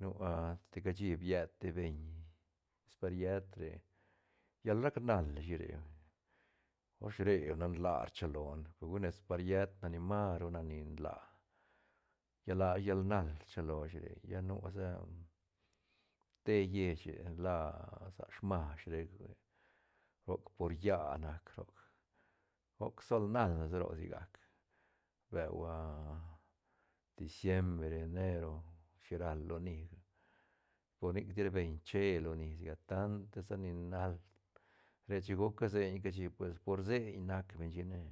nu ah te cashi bied te beñ nes pariet re llal rac nal shi re hui osh re nan laa rchilone pe ru nes pariet nac ni mas ru na ni nlaa lla la llal nal rchilo shi re lla nusa te lleiche la sa smash rec hui roc por lla nac roc roc sol nal sa roc sigac beu a diembre enero shiral loniga por nic tira beñ che loni sigac tan ta sa ni nal re chin guca seiñ cashi por seiñ nac beñ chic ne.